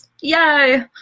Yay